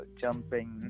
jumping